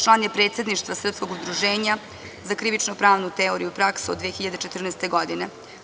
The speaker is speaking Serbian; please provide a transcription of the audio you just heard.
Član je Predsedništva Srpskog udruženja za krivično-pravnu teoriju i praksu od 2014. godine.